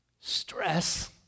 Stress